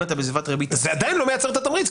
אם אתה בסביבת ריבית --- זה עדיין לא מייצר את התמריץ,